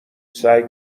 سعی